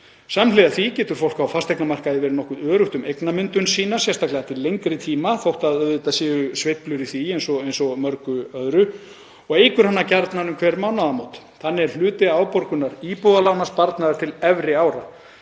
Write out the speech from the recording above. Samhliða því getur fólk á fasteignamarkaði verið nokkuð öruggt um eignamyndun sína, sérstaklega til lengri tíma,“ — þótt auðvitað séu sveiflur í því eins og mörgu öðru — „og eykur hana gjarnan um hver mánaðamót. Þannig er hluti afborgunar íbúðalána sparnaður til efri ára.